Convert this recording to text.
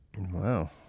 Wow